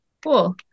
Cool